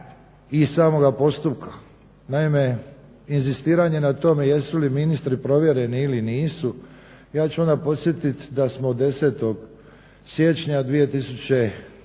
i samog postupka. Naime, inzistiranje na tome jesu li ministri provjereni ili nisu, ja ću odmah podsjetiti da smo od 10.siječnja